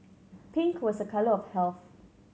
pink was a colour of health